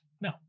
No